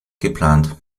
geplant